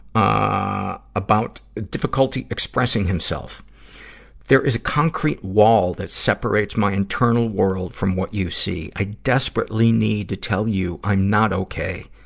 ah about difficulty expressing himself there is a concrete wall that separates my internal world from what you see. i desperately need to tell you i'm not okay,